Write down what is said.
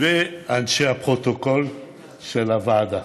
ולאנשי הפרוטוקול של הוועדה.